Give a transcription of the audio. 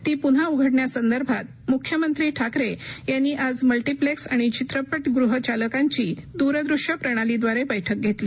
ती पुन्हा उघडण्यासंदर्भात मुख्यमंत्री ठाकरे यांनी आज मलीीलेक्स आणि चित्रपामृह चालकांची दूरदृश्य प्रणालीद्वारे बैठक घेतली